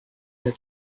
that